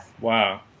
Wow